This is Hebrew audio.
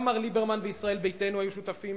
גם מר ליברמן וישראל ביתנו היו שותפים